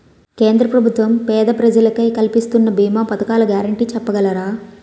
కేంద్ర ప్రభుత్వం పేద ప్రజలకై కలిపిస్తున్న భీమా పథకాల గ్యారంటీ చెప్పగలరా?